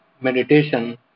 meditation